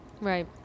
right